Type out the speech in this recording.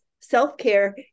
self-care